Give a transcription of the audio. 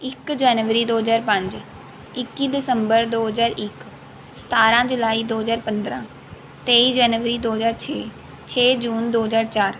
ਇੱਕ ਜਨਵਰੀ ਦੋ ਹਜ਼ਾਰ ਪੰਜ ਇੱਕੀ ਦਸੰਬਰ ਦੋ ਹਜ਼ਾਰ ਇੱਕ ਸਤਾਰਾਂ ਜੁਲਾਈ ਦੋ ਹਜ਼ਾਰ ਪੰਦਰਾਂ ਤੇਈ ਜਨਵਰੀ ਦੋ ਹਜ਼ਾਰ ਛੇ ਛੇ ਜੂਨ ਦੋ ਹਜ਼ਾਰ ਚਾਰ